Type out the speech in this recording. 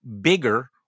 bigger